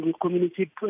community